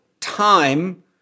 time